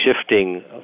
shifting